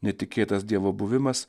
netikėtas dievo buvimas